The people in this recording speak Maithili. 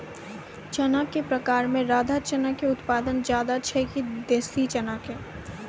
चना के प्रकार मे राधा चना के उत्पादन ज्यादा छै कि देसी चना के?